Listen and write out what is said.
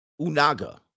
Unaga